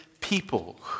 people